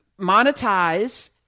monetize